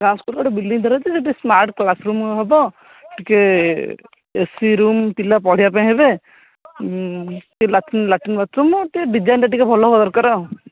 ଗାଁ ସ୍କୁଲରେ ଗୋଟେ ବିଲଡ଼ିଂ ତିଆରି ହେଉଛି ସେଇଠି ସ୍ମାର୍ଟ କ୍ଲାସ୍ ରୁମ୍ ହେବ ଟିକେ ଏ ସି ରୁମ୍ ପିଲା ପଢ଼ିବା ପାଇଁ ହେବେ ଲାଟି ବାଥରୁମ୍ ଲାଟିନ୍ ବାଥରୁମ୍ର ଡ଼ିଡାଇନ୍ଟା ଟିକେ ଭଲ ହେବା ଦରକାର ଆଉ